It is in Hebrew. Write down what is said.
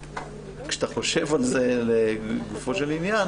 כשאתה חושב על זה לגופו של עניין,